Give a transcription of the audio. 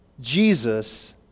Jesus